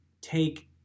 take